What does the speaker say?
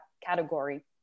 category